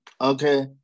okay